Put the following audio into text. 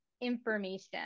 information